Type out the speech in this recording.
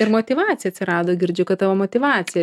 ir motyvacija atsirado girdžiu kad tavo motyvacija